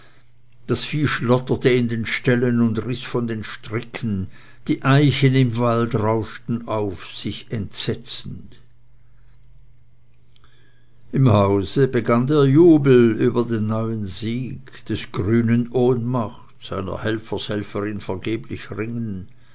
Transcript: das vieh schlotterte in den ställen und riß von den stricken die eichen im walde rauschten auf sich entsetzend im hause begann der jubel über den neuen sieg des grünen ohnmacht seiner helfershelferin vergeblich ringen